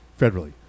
federally